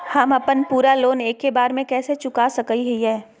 हम अपन पूरा लोन एके बार में कैसे चुका सकई हियई?